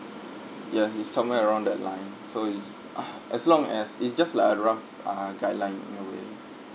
ya he's somewhere around that line so you j~ ah as long as it's just like a rough ah guideline in a way